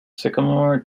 sycamore